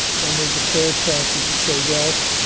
then there's a fair chance you could say, well,